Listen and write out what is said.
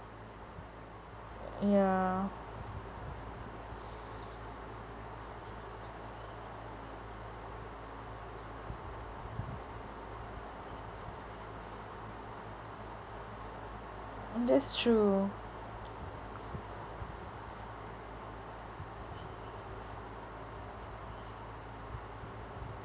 ya that's true